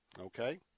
okay